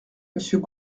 monsieur